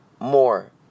more